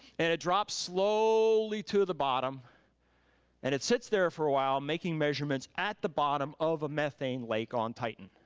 and it drops slowly to the bottom and it sits there for a while making measurements at the bottom of a methane lake on titan.